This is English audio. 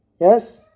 Yes